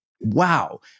wow